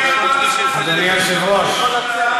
אדוני היושב-ראש,